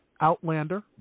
Outlander